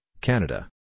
Canada